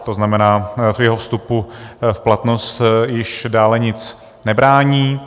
To znamená, jeho vstupu v platnost již dále nic nebrání.